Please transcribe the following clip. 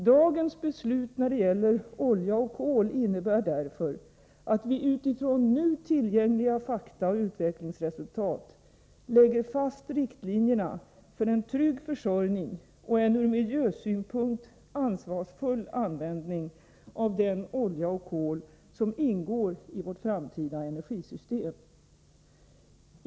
Dagens beslut när det gäller olja och kol innebär därför att vi utifrån nu tillgängliga fakta och utvecklingsresultat lägger fast riktlinjerna för en trygg försörjning och en ur miljösynpunkt ansvarsfull användning av den olja och kol som ingår i vårt framtida energisystem.